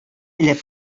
элеп